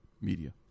Media